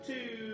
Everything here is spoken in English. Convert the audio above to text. Two